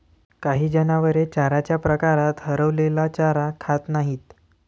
काही जनावरे चाऱ्याच्या प्रकारात हरवलेला चारा खात नाहीत